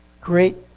great